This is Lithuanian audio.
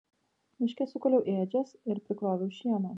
miške sukaliau ėdžias ir prikroviau šieno